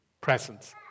presence